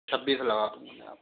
छब्बीस लगा दूंगा मैं आपको